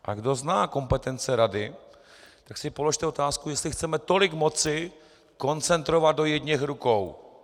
A kdo zná kompetence rady, tak si položte otázku, jestli chceme tolik moci koncentrovat do jedněch rukou?